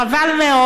חבל מאוד.